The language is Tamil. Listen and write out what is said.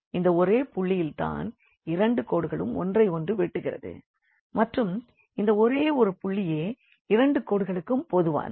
இந்த ஒரே ஒரு புள்ளியில் தான் இரண்டு கோடுகளும் ஒன்றை ஒன்று வெட்டுகிறது மற்றும் இந்த ஒரே ஒரு புள்ளியே இரண்டு கோடுகளுக்கும் பொதுவானது